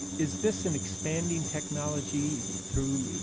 is this an expanding technology through